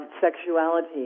Sexuality